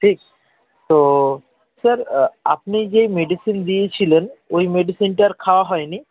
ঠিক তো স্যার আপনি যেই মেডিসিন দিয়েছিলেন ওই মেডিসিনটা আর খাওয়া হয়নি